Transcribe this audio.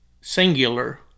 singular